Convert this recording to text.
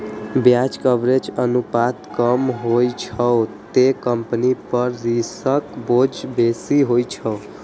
ब्याज कवरेज अनुपात कम होइ छै, ते कंपनी पर ऋणक बोझ बेसी होइ छै